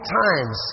times